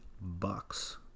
Bucks